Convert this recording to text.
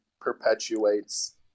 perpetuates